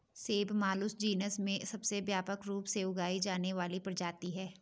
सेब Malus genus में सबसे व्यापक रूप से उगाई जाने वाली प्रजाति है